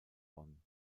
bonn